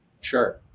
Sure